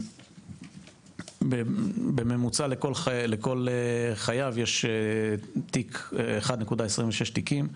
בממוצע לכל חייב יש תיק - 1.26 תיקים.